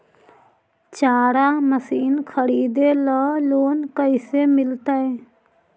चारा मशिन खरीदे ल लोन कैसे मिलतै?